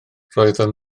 roedden